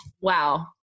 Wow